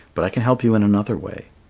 but i can help you in another way.